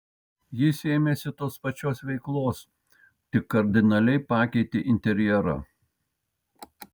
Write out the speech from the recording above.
jis ėmėsi tos pačios veiklos tik kardinaliai pakeitė interjerą